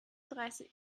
dreißig